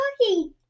cookie